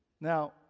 Now